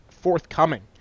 forthcoming